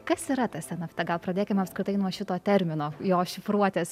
kas yra tas nafta gal pradėkime apskritai nuo šito termino jo šifruotės